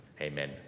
Amen